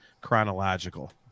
chronological